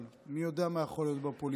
אבל מי יודע מה יכול להיות בפוליטיקה?